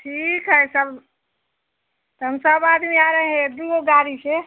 ठीक है सब तो हम सब आदमी आ रहे हैं एक दो गो गाड़ी से